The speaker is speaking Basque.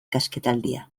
kasketaldia